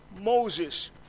Moses